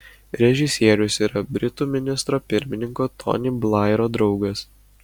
režisierius yra britų ministro pirmininko tony blairo draugas